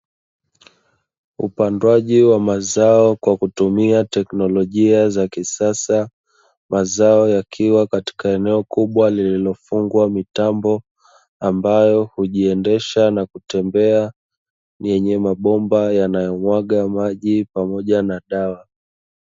Upandaji wa mazao kwa kutumia teknolojia za kisasa, mazao yakiwa katika eneo kubwa lililofungwa mitambo ambayo hujiendesha na kutembea na yenye mabomba yanayomwaga maji pamoja na dawa.